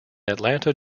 atlanta